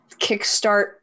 kickstart